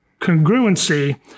congruency